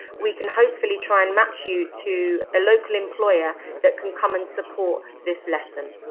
we can hopefully try and match you to a local employer that can come and support this lesson.